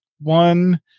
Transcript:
one